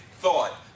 thought